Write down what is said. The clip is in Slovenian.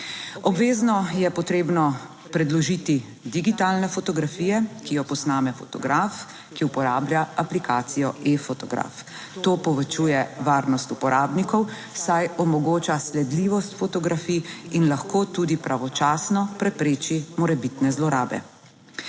Obvezno je potrebno predložiti digitalne fotografije, ki jo posname fotograf, ki uporablja aplikacijo e-fotograf. To povečuje varnost uporabnikov, saj omogoča sledljivost fotografij in lahko tudi pravočasno prepreči morebitne zlorabe.